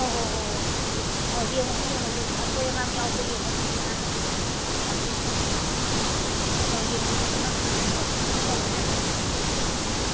ꯑꯣ ꯑꯣ ꯑꯣ ꯑꯣ ꯁꯤꯁꯦ ꯌꯦꯡꯉꯣꯁꯦ ꯌꯦꯡꯉꯣꯁꯦ ꯑꯁꯣꯏ ꯑꯉꯥꯝ ꯌꯥꯎꯕ꯭ꯔ ꯌꯦꯡꯉꯣ ꯐꯤꯁꯦ ꯍꯥꯟꯅ ꯐꯥꯛꯇꯣꯛꯇꯅ ꯌꯦꯡꯉꯣ ꯌꯦꯡꯉꯣ ꯅꯪ ꯇꯧꯅꯤꯡꯕꯗ ꯇꯧ ꯏꯕꯦꯝꯃ ꯎꯝ